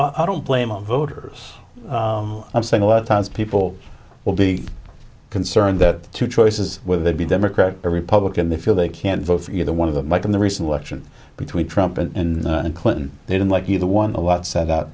i don't blame of voters i'm saying a lot of times people will be concerned that two choices whether they be democrat or republican they feel they can vote for either one of them i can the recent election between trump and clinton they don't like either one the lot said that